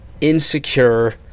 insecure